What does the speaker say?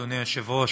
אדוני היושב-ראש,